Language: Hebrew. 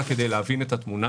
רק כדי להבין את התמונה,